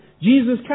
Jesus